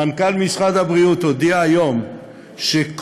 מנכ"ל משרד הבריאות הודיע היום שכל